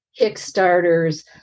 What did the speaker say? Kickstarters